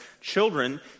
Children